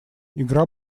игра